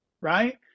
right